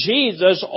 Jesus